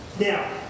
Now